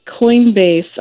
Coinbase